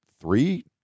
three